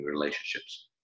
relationships